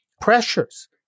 pressures